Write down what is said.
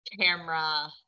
camera